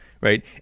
right